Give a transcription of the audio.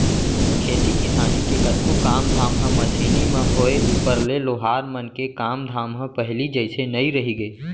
खेती किसानी के कतको काम धाम ह मसीनी म होय ऊपर ले लोहार मन के काम धाम ह पहिली जइसे नइ रहिगे